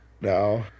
No